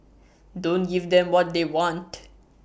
don't give them what they want